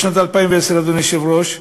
אדוני היושב-ראש,